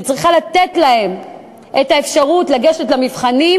וצריכה לתת להם את האפשרות לגשת למבחנים,